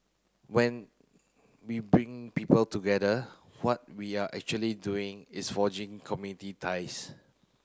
when we bring people together what we are actually doing is forging community ties